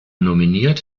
nominiert